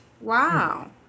Wow